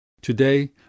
Today